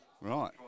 Right